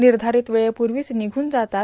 निर्धारित वेछेपूर्वीच निघून जातात